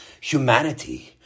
Humanity